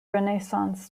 renaissance